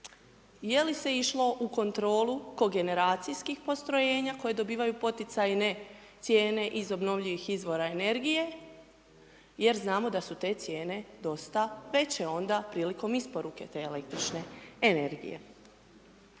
je li se išlo u kontrolu kogeneracijskih postrojenja koji dobivaju poticajne cijene iz obnovljivih izvora energije jer znamo da su te cijene dosta veće onda prilikom isporuke te električne energije?